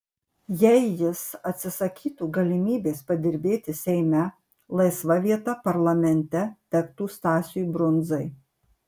jei jis atsisakytų galimybės padirbėti seime laisva vieta parlamente tektų stasiui brundzai